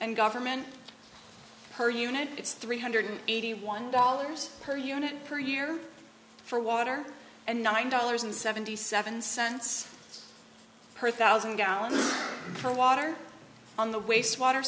and government per unit it's three hundred eighty one dollars per unit per year for water and nine dollars and seventy seven cents per thousand gallons for water on the wastewater